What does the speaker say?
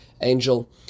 angel